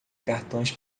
cartões